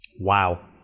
Wow